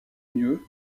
mieux